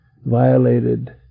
violated